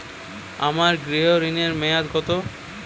আমার গৃহ ঋণের মেয়াদ কত?